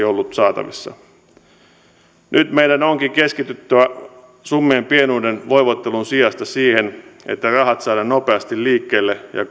ollut saatavissa nyt meidän onkin keskityttävä summien pienuuden voivottelun sijasta siihen että rahat saadaan nopeasti liikkeelle ja